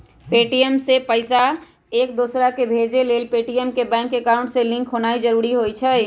Paytm से पईसा एकदोसराकेँ भेजे लेल पेटीएम के बैंक अकांउट से लिंक होनाइ जरूरी होइ छइ